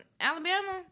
Alabama